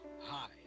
Hi